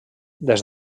des